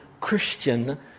Christian